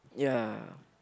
ya